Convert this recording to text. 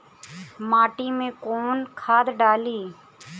माटी में कोउन खाद डाली?